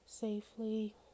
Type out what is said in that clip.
safely